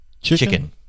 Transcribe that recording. chicken